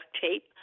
tape